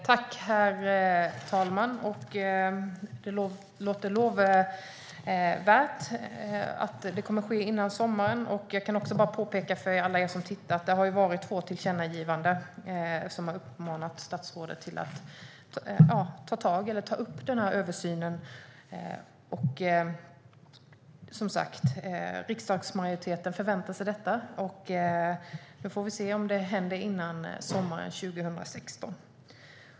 Herr talman! Det låter lovvärt att det kommer att ske före sommaren. Jag kan bara påpeka för alla er som tittar på debatten att det har gjorts två tillkännagivanden som har uppmanat statsrådet att ta upp denna översyn. Riksdagsmajoriteten förväntar sig detta. Nu får vi se om det händer före sommaren 2016.